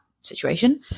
situation